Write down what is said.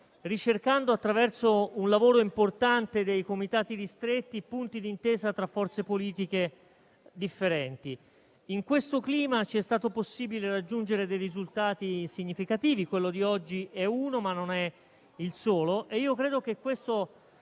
ricercando, attraverso un lavoro importante dei comitati ristretti, punti di intesa tra forze politiche differenti. In questo clima, ci è stato possibile raggiungere risultati significativi - quello di oggi è uno, ma non è il solo - e credo che questo